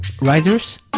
Riders